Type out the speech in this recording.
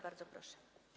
Bardzo proszę.